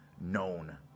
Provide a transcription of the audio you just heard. known